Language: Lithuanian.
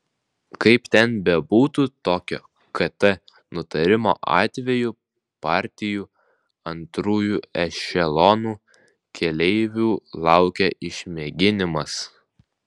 kaip ten bebūtų tokio kt nutarimo atveju partijų antrųjų ešelonų keleivių laukia išmėginimas